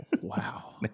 Wow